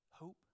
Hope